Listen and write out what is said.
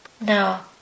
Now